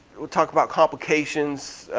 we'll talk about complications.